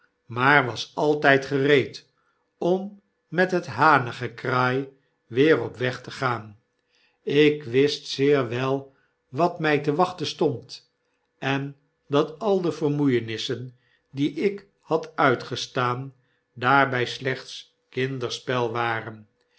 maar was altyd gereed om met het hanengekraai weer op weg te gaan ik wist zeer wel wat my te wachten stond en dat al de vermoeienissen die ik had uitgestaan daarbij slechts kinderspel waren